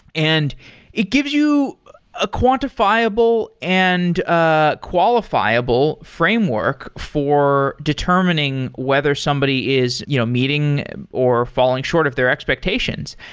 and it gives you a quantifiable and a qualifiable framework for determining whether somebody is you know meeting or falling short of their expectations.